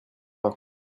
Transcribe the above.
pas